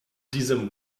diesem